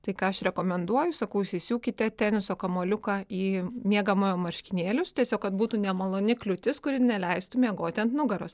tai ką aš rekomenduoju sakau įsiūkite teniso kamuoliuką į miegamojo marškinėlius tiesiog kad būtų nemaloni kliūtis kuri neleistų miegoti ant nugaros